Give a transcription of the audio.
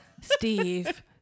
Steve